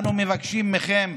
אנו מבקשים מכם,